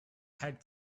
had